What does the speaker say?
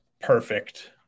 perfect